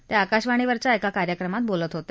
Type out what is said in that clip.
ते आकाशवाणीवरील एका कार्यक्रमात बोलत होते